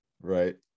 right